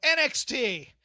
NXT